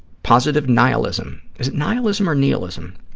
positive nihilism. is it nihilism or nihilism?